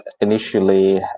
initially